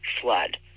flood